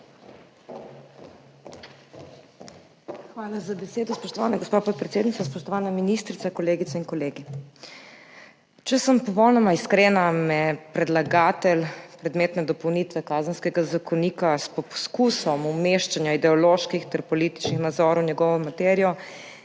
Hvala za besedo, spoštovana gospa podpredsednica. Spoštovana ministrica, kolegice in kolegi! Če sem popolnoma iskrena, me predlagatelj predmetne dopolnitve Kazenskega zakonika s poskusom umeščanja ideoloških ter političnih nazorov v njegovo materijo